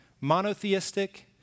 Monotheistic